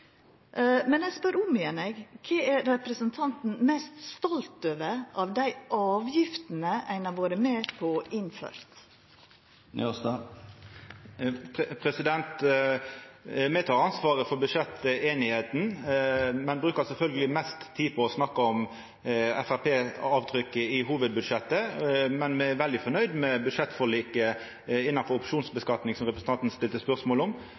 Men eg spør om igjen: Kva er representanten mest stolt over av dei avgiftene ein har vore med på å innføra? Me tek ansvaret for budsjetteinigheita, men brukar sjølvsagt mest tid på å snakka om Framstegspartiets avtrykk i hovudbudsjettet. Men me er veldig nøgde med budsjettforliket innanfor opsjonsskattlegging, som representanten stilte spørsmål om.